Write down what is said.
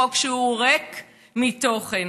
חוק שהוא ריק מתוכן,